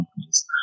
companies